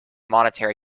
monetary